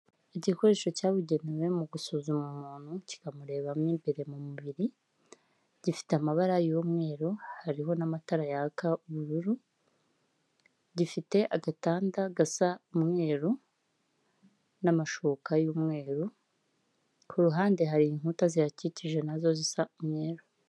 Igikoresho cyabugenewe mu gusuzuma umuntu, kikamurebamo imbere mu mubiri, gifite amabara y'umweru, hariho n'amatara yaka ubururu, gifite agatanda gasa umweru, n'amashuka y'umweru, ku ruhande hari inkuta zihakikije nazo zisa umweru.